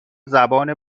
زبان